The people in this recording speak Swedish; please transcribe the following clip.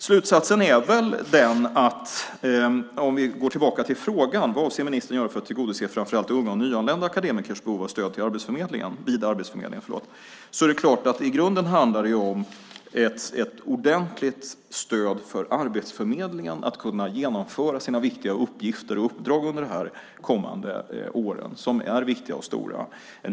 Slutsatsen, för att gå tillbaka till frågan - vad ministern avser att göra för att tillgodose framför allt unga och nyanlända akademikers behov av stöd vid Arbetsförmedlingen - handlar självklart i grunden om ett ordentligt stöd för Arbetsförmedlingen så att man kan genomföra sina viktiga och stora uppgifter och uppdrag under de kommande åren.